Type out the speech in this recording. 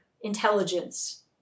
intelligence